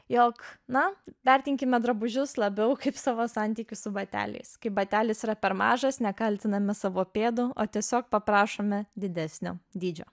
jog na vertinkime drabužius labiau kaip savo santykius su bateliais kai batelis yra per mažas nekaltiname savo pėdų o tiesiog paprašome didesnio dydžio